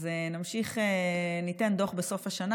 אז ניתן דוח בסוף השנה,